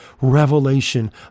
revelation